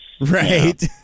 Right